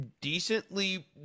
decently